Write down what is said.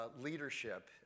leadership